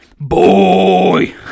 Boy